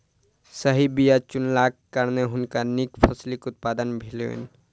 सही बीया चुनलाक कारणेँ हुनका नीक फसिलक उत्पादन भेलैन